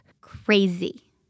Crazy